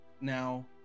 now